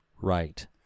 Right